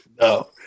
No